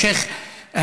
בבקשה.